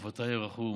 אף אתה היה רחום,